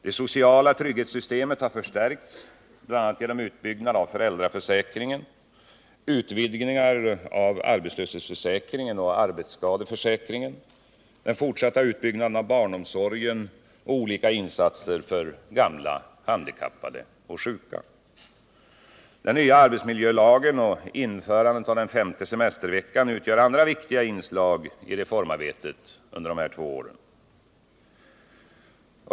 Det sociala trygghetssystemet har förstärkts genom bl.a. utbyggnaden av föräldraförsäkringen, utvidgningar av arbetslöshetsförsäkringen och arbetsskadeförsäkringen, den fortsatta utbyggnaden av barnomsorgen och olika insatser för gamla, handikappade och sjuka. Den nya arbetsmiljölagen och införandet av den femte semesterveckan utgör andra viktiga inslag i reformarbetet under dessa två år.